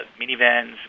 minivans